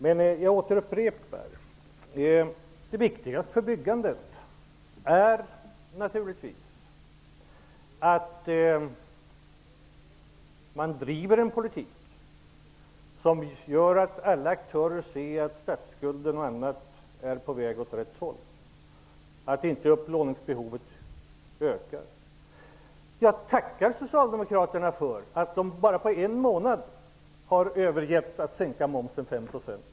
Men jag återupprepar att det viktigaste för byggandet naturligtvis är att det förs en politik som gör att alla aktörer ser att bl.a. statsskulden är på väg åt rätt håll och att inte upplåningsbehovet ökar. Jag tackar Socialdemokraterna för att de på bara en månad har övergett kravet på en sänkning av momsen med 5 %.